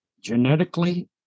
genetically